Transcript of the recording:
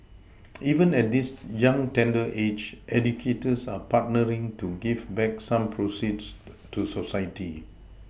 even at this young tender age educators are partnering to give back some proceeds to society